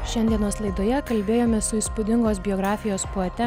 šiandienos laidoje kalbėjome su įspūdingos biografijos poete